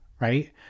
right